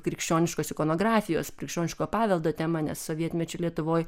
krikščioniškos ikonografijos krikščioniško paveldo tema nes sovietmečiu lietuvoj